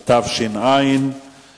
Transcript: כביש 65 מהווים זירה לתאונות דרכים קטלניות.